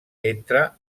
entra